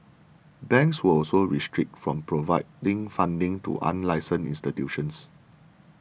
banks were also restricted from providing funding to unlicensed institutions